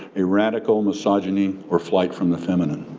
a radical misogyny or flight from the feminine.